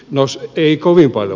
no ei kovin paljon